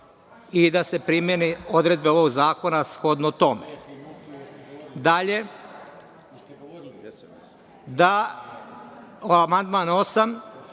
i da se primene odredbe ovog zakona shodno tome. Dalje,